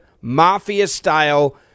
mafia-style